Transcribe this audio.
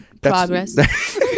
progress